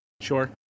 sure